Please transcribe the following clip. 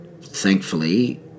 thankfully